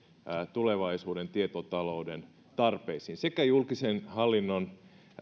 tulevaisuuden tietotalouden tarpeisiin sekä julkisen hallinnon